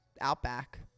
Outback